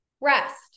rest